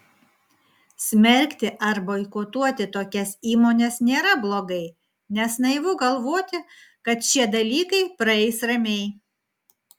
smerkti ar boikotuoti tokias įmones nėra blogai nes naivu galvoti kad šie dalykai praeis ramiai